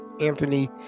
Anthony